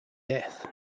death